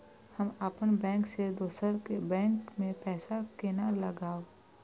हम अपन बैंक से दोसर के बैंक में पैसा केना लगाव?